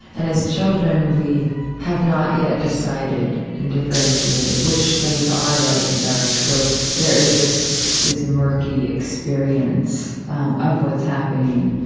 and as children we have not yet decided and differentiated which things are light and dark so there is this this murky experience of what's happening,